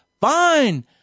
fine